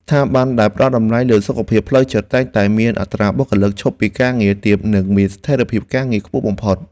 ស្ថាប័នដែលផ្តល់តម្លៃលើសុខភាពផ្លូវចិត្តតែងតែមានអត្រាបុគ្គលិកឈប់ពីការងារទាបនិងមានស្ថិរភាពការងារខ្ពស់បំផុត។